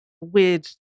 weird